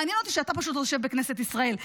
מעניין אותי שאתה פשוט לא תשב בכנסת ישראל.